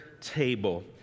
table